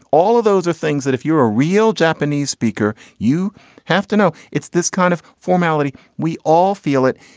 all of those are things that if you're a real japanese speaker, you have to know it's this kind of formality. we all feel it.